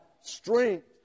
strength